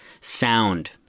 sound